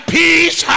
peace